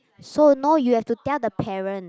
so no you have to tell the parents